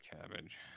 cabbage